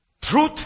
truth